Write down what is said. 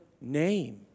name